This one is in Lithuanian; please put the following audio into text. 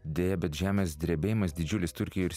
deja bet žemės drebėjimas didžiulis turkijoj ir